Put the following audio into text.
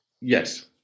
Yes